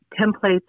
templates